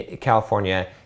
California